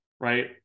right